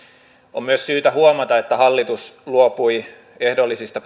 on myös syytä huomata että hallitus luopui ehdollisista